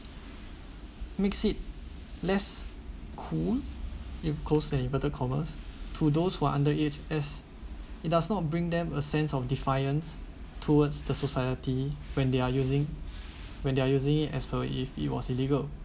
makes it less cool live close and inverted commas to those who are under age as it does not bring them a sense of defiance towards the society when they are using when they are using as per if it was illegal